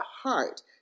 heart